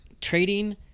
Trading